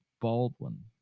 Baldwin